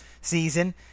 season